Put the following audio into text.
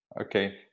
okay